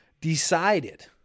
decided